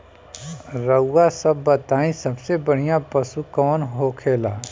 रउआ सभ बताई सबसे बढ़ियां पशु कवन होखेला?